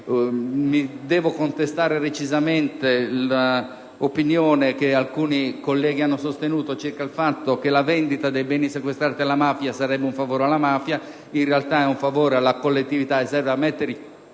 Devo contestare recisamente l'opinione che alcuni colleghi hanno sostenuto circa il fatto che la vendita dei beni sequestrati alla mafia sarebbe un favore reso a quest'ultima in realtà è un favore alla collettività e serve a mettere in